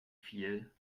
viel